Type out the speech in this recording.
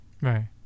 Right